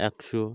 একশো